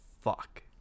fuck